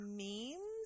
memes